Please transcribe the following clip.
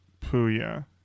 Puya